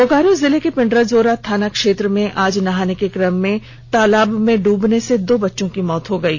बोकारो जिले के पिंड्राजोरा थाना क्षेत्र में आज नहाने के कम में तालाब में ड्रबने से दो बच्चों की मौत हो गयी